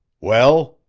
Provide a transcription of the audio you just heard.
well!